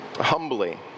humbly